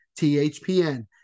THPN